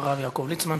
הרב יעקב ליצמן.